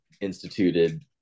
instituted